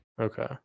Okay